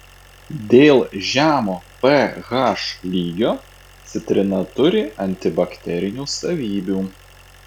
dėl žemo ph lygio citrina turi antibakterinių savybių